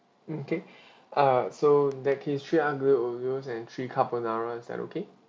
mm kay~ uh so in that case three aglio olio and three carbonara is that okay